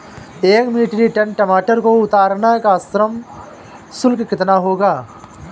एक metric tonne टमाटर को उतारने का श्रम शुल्क कितना होगा?